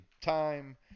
time